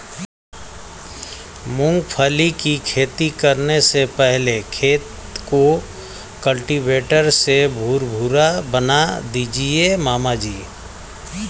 मूंगफली की खेती करने से पहले खेत को कल्टीवेटर से भुरभुरा बना दीजिए मामा जी